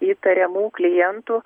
įtariamų klientų